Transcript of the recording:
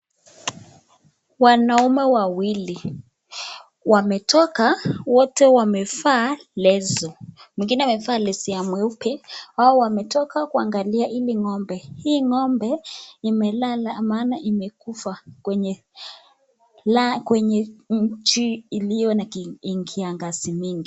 Wanaume wawili wametoka, wote wamevaa leso. Mwingine amevaa leso ya mweupe. Hao wametoka kuangalia hili ng'ombe. Hii ng'ombe imelala maana imekufa kwenye nchi iliyo na kiangazi mingi.